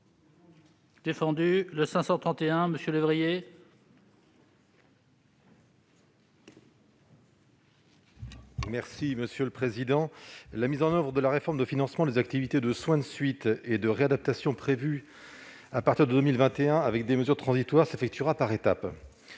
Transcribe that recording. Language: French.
: La parole est à M. Martin Lévrier. La mise en oeuvre de la réforme du financement des activités de soins de suite et de réadaptation, prévue à partir de 2021, avec des mesures transitoires, s'effectuera par étapes.